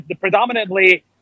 predominantly